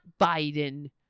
Biden